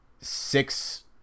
six